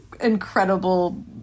incredible